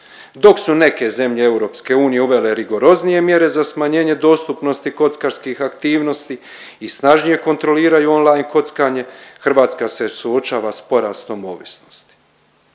Dok su neke zemlje EU uvele rigoroznije mjere za smanjenje dostupnosti kockarskih aktivnosti i snažnije kontroliraju online kockanje, Hrvatska se suočava s porastom ovisnosti.